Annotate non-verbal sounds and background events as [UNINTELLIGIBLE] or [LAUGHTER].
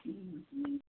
[UNINTELLIGIBLE]